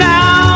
Now